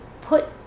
put